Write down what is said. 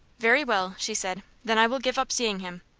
very well, she said. then i will give up seeing him.